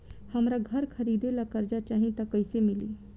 हमरा घर खरीदे ला कर्जा चाही त कैसे मिली?